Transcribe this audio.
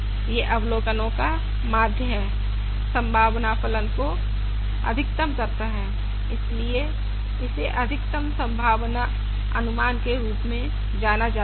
यह अवलोकनों का माध्य है संभावना फलन को अधिकतम करता है इसलिए इसे अधिकतम संभावना अनुमान के रूप में जाना जाता है